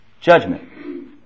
judgment